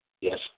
Yes